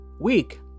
week